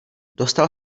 dostal